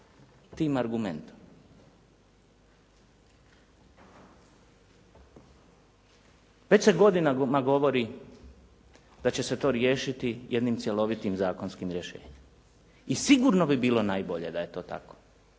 tim argumentom. Već se godinama govori da će se to riješiti jednim cjelovitim zakonskim rješenjem i sigurno bi bilo najbolje da je to tako,